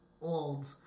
old